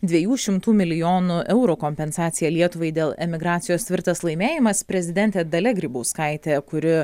dviejų šimtų milijonų eurų kompensacija lietuvai dėl emigracijos tvirtas laimėjimas prezidentė dalia grybauskaitė kuri